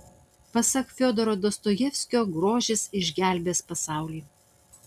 pasak fiodoro dostojevskio grožis išgelbės pasaulį